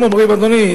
הם אומרים: אדוני,